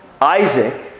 Isaac